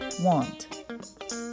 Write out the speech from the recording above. Want